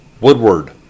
Woodward